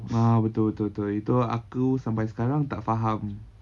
betul betul betul itu aku sampai sekarang tak faham